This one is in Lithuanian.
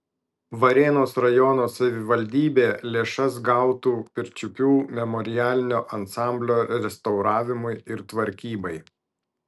varėnos rajono savivaldybė lėšas gautų pirčiupių memorialinio ansamblio restauravimui ir tvarkybai